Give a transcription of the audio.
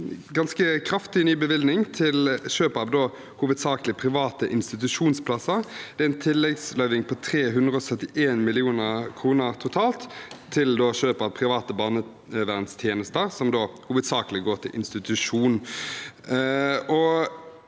en ganske kraftig ny bevilgning til kjøp av hovedsakelig private institusjonsplasser. Det er en tilleggsløyving på totalt 371 mill. kr til kjøp av private barnevernstjenester, og den går hovedsakelig til institusjon.